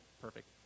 perfect